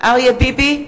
אריה ביבי,